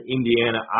Indiana